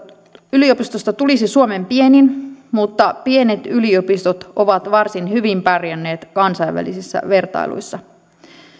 yliopistosta tulisi suomen pienin mutta pienet yliopistot ovat varsin hyvin pärjänneet kansainvälisissä vertailuissa